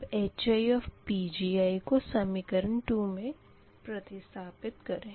अब HiPgi को समीकरण 2 मे प्रतिस्थपित करें